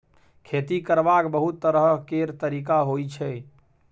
खेती करबाक बहुत तरह केर तरिका होइ छै